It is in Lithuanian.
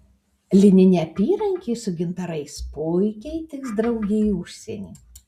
lininė apyrankė su gintarais puikiai tiks draugei į užsienį